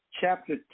chapter